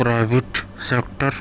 private sector